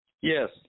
Yes